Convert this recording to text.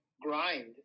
grind